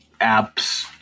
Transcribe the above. apps